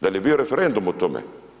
Da li je bio referendum o tome?